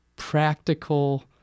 practical